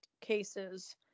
cases